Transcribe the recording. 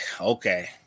okay